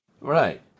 Right